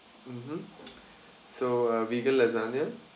mmhmm so uh vegan lasagne